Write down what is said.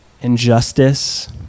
injustice